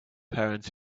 parents